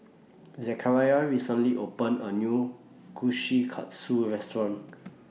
Zachariah recently opened A New Kushikatsu Restaurant